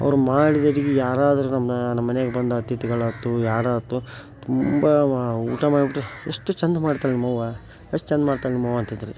ಅವರು ಮಾಡಿದ ಅಡುಗೆ ಯಾರಾದರೂ ನಮ್ಮನ್ನ ನಮ್ಮ ಮನೆಯಾಗ್ ಬಂದ ಅತಿಥಿಗಳಾಯ್ತು ಯಾರಾಯ್ತು ತುಂಬ ಮ ಊಟ ಮಾಡಿಬಿಟ್ಟು ಎಷ್ಟು ಛಂದ ಮಾಡ್ತಾರೆ ನಿಮ್ಮಅವ್ವ ಎಷ್ಟು ಛಂದ ಮಾಡ್ತಾಳೆ ನಿಮ್ಮಅವ್ವ ಅಂತಿದ್ದರು